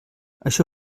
això